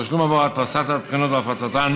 תשלום בעבור הדפסת הבחינות והפצתן,